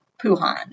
Puhan